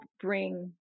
bring